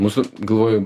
mūsų galvoju